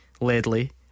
Ledley